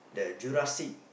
the Jurassic